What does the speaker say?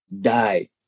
die